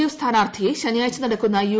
F സ്ഥാനാർത്ഥിയെ ശനിയാഴ്ച നടക്കുന്ന യു